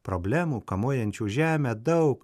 problemų kamuojančių žemę daug